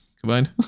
combined